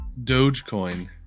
Dogecoin